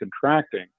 contracting